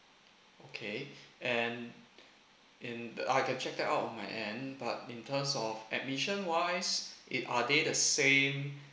okay and and the I can check up out my end but in terms of admission wise it are they the same